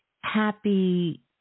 happy